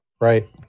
Right